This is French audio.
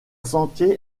sentier